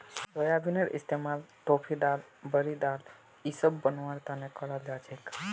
सोयाबीनेर इस्तमाल टोफू दाल बड़ी दूध इसब बनव्वार तने कराल जा छेक